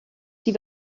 sie